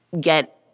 get